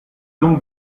donc